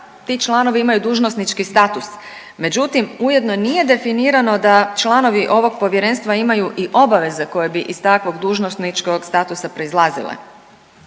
ti članovi imaju dužnosnički status, međutim ujedno nije definirano da članovi ovog povjerenstva imaju i obaveze koje bi iz takvog dužnosničkog statusa proizlazile.